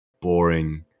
boring